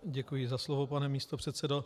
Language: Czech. Děkuji za slovo, pane místopředsedo.